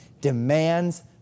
demands